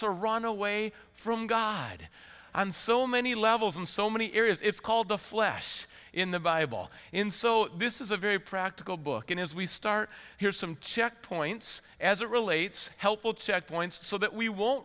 to run away from god on so many levels in so many areas it's called the flesh in the bible in so this is a very practical book in as we start here's some checkpoints as it relates helpful checkpoints so that we won't